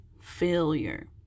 failure